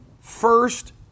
first